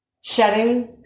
shedding